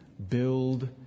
build